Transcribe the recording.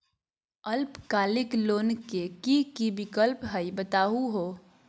अल्पकालिक लोन के कि कि विक्लप हई बताहु हो?